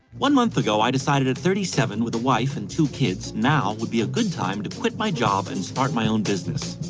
one month ago, i decided at thirty seven, with a wife and two kids, now would be a good time to quit my job and start my own business.